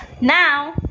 now